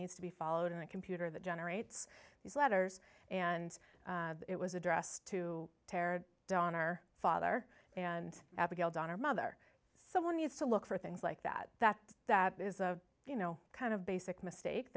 needs to be followed in a computer that generates these letters and it was addressed to tear down or father and abigail daughter mother so one needs to look for things like that that that is a you know kind of basic mistake